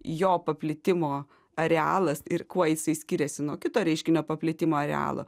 jo paplitimo arealas ir kuo jisai skiriasi nuo kito reiškinio paplitimo arealo